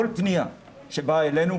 כל פנייה שבאה אלינו,